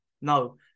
No